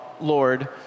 Lord